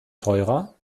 teurer